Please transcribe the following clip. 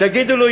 תגידו לי,